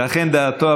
זו אכן דעתו,